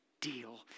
deal